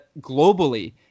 globally